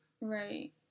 Right